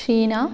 Sheena